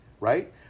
right